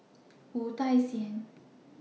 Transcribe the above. Wu Tsai Yen